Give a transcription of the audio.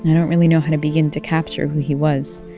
don't really know how to begin to capture who he was,